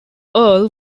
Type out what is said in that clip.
earl